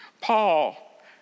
Paul